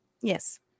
Yes